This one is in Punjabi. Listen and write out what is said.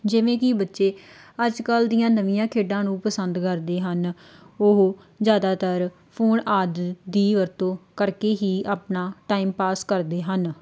ਜਿਵੇਂ ਕਿ ਬੱਚੇ ਅੱਜ ਕੱਲ੍ਹ ਦੀਆਂ ਨਵੀਆਂ ਖੇਡਾਂ ਨੂੰ ਪਸੰਦ ਕਰਦੇ ਹਨ ਉਹ ਜ਼ਿਆਦਾਤਰ ਫ਼ੋਨ ਆਦਿ ਦੀ ਵਰਤੋਂ ਕਰਕੇ ਹੀ ਆਪਣਾ ਟਾਈਮ ਪਾਸ ਕਰਦੇ ਹਨ